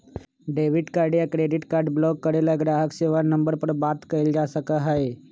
debit card या credit card block करे ला ग्राहक सेवा नंबर पर बात कइल जा सका हई